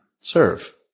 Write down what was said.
serve